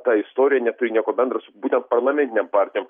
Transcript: ta istorija neturi nieko bendro su būtent parlamentinėm partijom